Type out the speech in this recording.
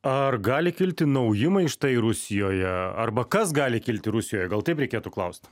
ar gali kilti nauji maištai rusijoje arba kas gali kilti rusijoje gal taip reikėtų klaust